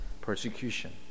persecution